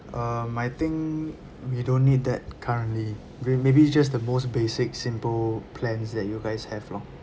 um I think we don't need that currently we maybe just the most basic simple plans that you guys have lor